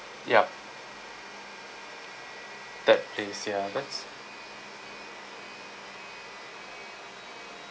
yup that is ya that's